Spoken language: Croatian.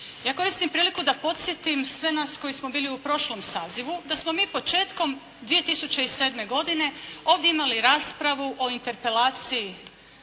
Ja koristim priliku da podsjetim sve nas koji smo bili u prošlom sazivu da smo mi početkom 2007. godine ovdje imali raspravu o interpelaciji